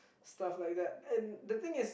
stuff like that and the thing is